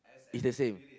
is the same